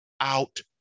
out